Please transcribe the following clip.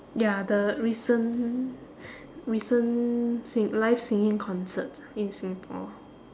ya the recent recent sing~ live singing concert in singapore